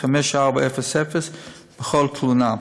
5400* בכל תלונה.